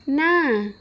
ନା